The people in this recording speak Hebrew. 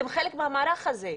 אתם חלק מהמערך הזה,